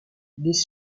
des